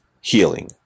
healing